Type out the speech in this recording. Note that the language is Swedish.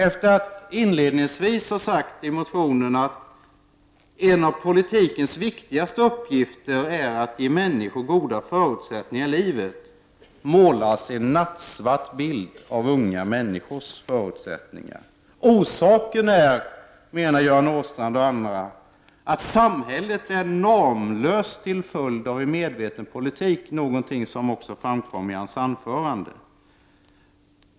Efter att inledningsvis ha sagt att en av politikens viktigaste uppgifter är att ge människor goda förutsättningar i livet, målar man en nattsvart bild av unga människors förutsättningar. Orsaken är, menar Göran Åstrand och andra, att samhället är normlöst till följd av en medveten politik, någonting som också framkom i Göran Åstrands anförande.